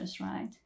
right